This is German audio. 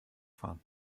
fahren